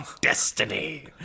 destiny